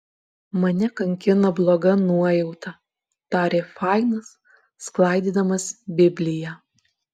mane kankino bloga nuojauta tarė fainas sklaidydamas bibliją